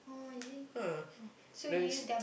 ah then it's